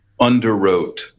underwrote